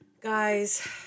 Guys